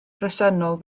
bresennol